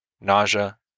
nausea